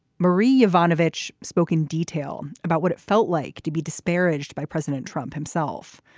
marie ivanovich spoke in detail about what it felt like to be disparaged by president trump himself.